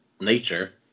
nature